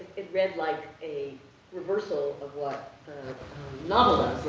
it read like a reversal of what ah